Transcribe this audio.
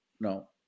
no